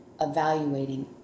evaluating